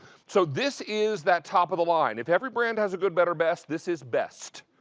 so this is that top of the line f. every brand has a good, better best. this is best.